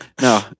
No